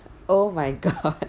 oh my god